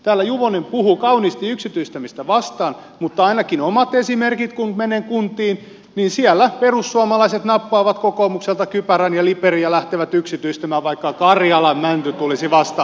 täällä juvonen puhuu kauniisti yksityistämistä vastaan mutta ainakin omien kokemuksieni mukaan kun menen kuntiin siellä perussuomalaiset nappaavat kokoomukselta kypärän ja liperin ja lähtevät yksityistämään vaikka karjalan mänty tulisi vastaan